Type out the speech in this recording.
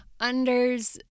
unders